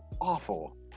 awful